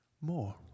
more